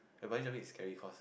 ya Bungee jumping cause